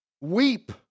Weep